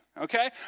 okay